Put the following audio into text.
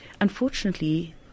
unfortunately